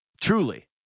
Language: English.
Truly